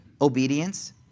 obedience